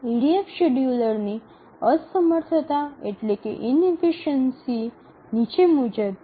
EDF શેડ્યુલરની અસમર્થતા નીચે મુજબ છે